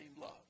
love